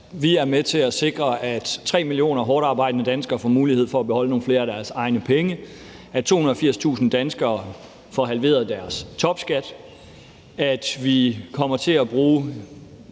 vi er med til at sikre, at 3 millioner hårdtarbejdende danskere får mulighed for at beholde nogle flere af deres egne penge, at 280.000 danskere får halveret deres topskat, at vi kommer til at bruge